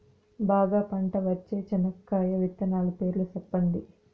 బాగా పంట వచ్చే చెనక్కాయ విత్తనాలు పేర్లు సెప్పండి?